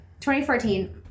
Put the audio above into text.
2014